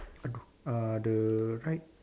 err the right